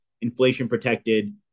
inflation-protected